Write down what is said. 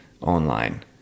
online